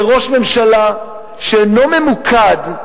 זה ראש ממשלה שאינו ממוקד,